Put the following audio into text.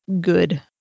good